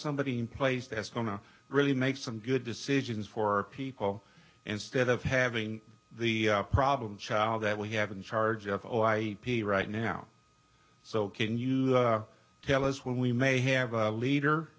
somebody in place that's going to really make some good decisions for people instead of having the problem child that we have in charge of all i p right now so can you tell us when we may have a leader